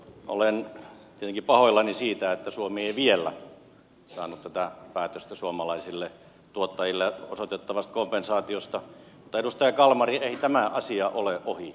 olen tietenkin pahoillani siitä että suomi ei vielä saanut tätä päätöstä suomalaisille tuottajille osoitettavasta kompensaatiosta mutta edustaja kalmari ei tämä asia ole ohi